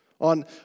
On